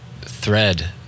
thread